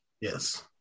Yes